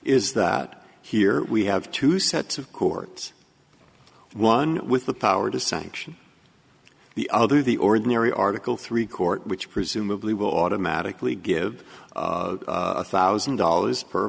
is that here we have two sets of courts one with the power to sanction the i'll do the ordinary article three court which presumably will automatically give a thousand dollars per